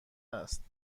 است